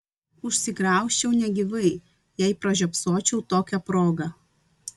užsigraužčiau negyvai jei pražiopsočiau tokią progą